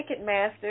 Ticketmaster